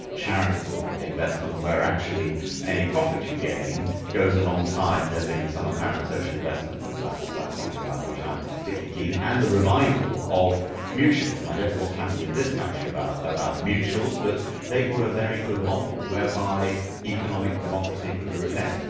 charitable investment where actually any profit you gain goes alongside there being some apparent social investment, and that's that's something about which i'm particularly keen, and the revival of mutualism. i don't know what's happened in this country about about mutuals, but they were a very good model whereby economic democracy could be retained.